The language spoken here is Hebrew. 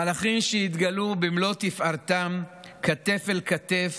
מלאכים שהתגלו במלוא תפארתם, כתף אל כתף,